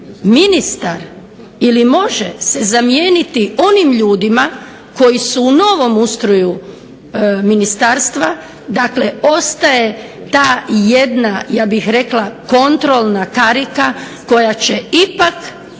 ministar ili može se zamijeniti onim ljudima koji su u novom ustroju ministarstva, dakle, ostaje ta jedna kontrolna karika koja će ipak